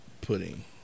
pudding